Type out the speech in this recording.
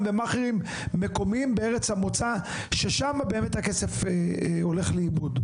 ומאכערים מקומיים בארץ המוצא ששם הכסף הולך לאיבוד,